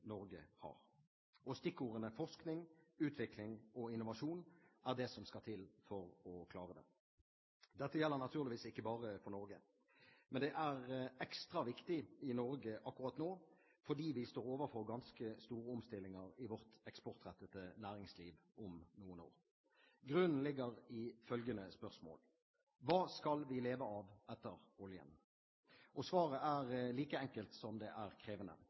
Norge har. Og stikkordene forskning, utvikling og innovasjon er det som skal til for å klare det. Dette gjelder naturligvis ikke bare for Norge, men det er ekstra viktig i Norge akkurat nå fordi vi står overfor ganske store omstillinger i vårt eksportrettede næringsliv om noen år. Grunnen ligger i følgende spørsmål: Hva skal vi leve av etter oljen? Svaret er like enkelt som det er krevende: